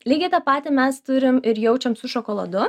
lygiai tą patį mes turim ir jaučiam su šokoladu